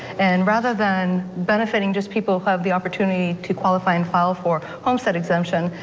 and rather than benefiting just people who have the opportunity to qualify and file for homestead exemption,